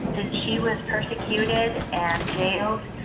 since she was persecuted and jailed,